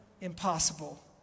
impossible